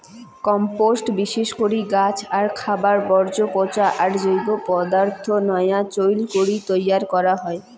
compost বিশেষ করি গছ আর খাবার বর্জ্য পচা আর জৈব পদার্থ নয়া চইল করি তৈয়ার করা হই